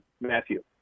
Matthew